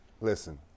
Listen